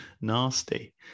Nasty